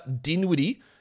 Dinwiddie